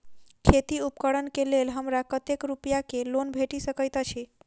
खेती उपकरण केँ लेल हमरा कतेक रूपया केँ लोन भेटि सकैत अछि?